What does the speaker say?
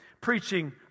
preaching